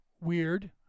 Weird